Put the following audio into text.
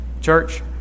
Church